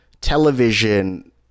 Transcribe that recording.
television